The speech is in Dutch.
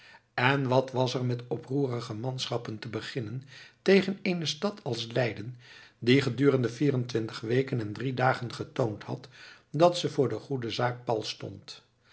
en wat was er met oproerige manschappen te beginnen tegen eene stad als leiden die gedurende vierentwintig weken en drie dagen getoond had dat ze voor de goede zaak pal stond